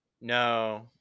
No